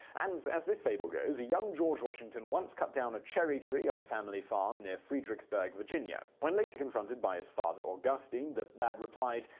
and as this fable goes, a young george washington once cut down a cherry tree on the family farm near fredericksburg, virginia. when later confronted by his father, augustine, the wee lad replied,